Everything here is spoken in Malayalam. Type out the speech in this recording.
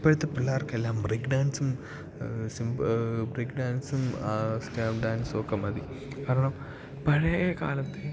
ഇപ്പോഴത്തെ പിള്ളേർക്കെല്ലാം ബ്രേക്ക് ഡാൻസും ബ്രേക്ക് ഡാൻസും സ്റ്റപ്പ് ഡാൻസും ഒക്കെ മതി കാരണം പഴയ കാലത്ത്